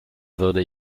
würde